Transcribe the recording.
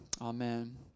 Amen